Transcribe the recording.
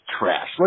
trash